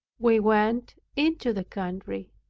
we went into the country,